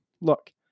Look